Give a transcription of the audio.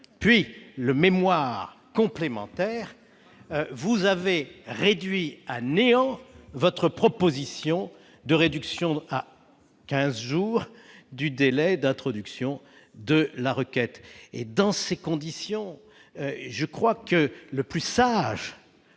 puis le mémoire complémentaire, vous avez réduit à néant votre proposition de ramener à quinze jours le délai d'introduction de la requête. Dans ces conditions, je crois que le plus sage,